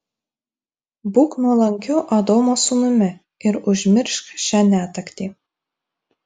būk nuolankiu adomo sūnumi ir užmiršk šią netektį